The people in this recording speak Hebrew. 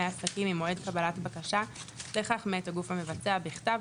עסקים ממועד קבלת בקשה לכך מאת הגוף המבצע בכתב,